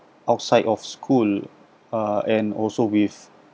outside of school uh and also with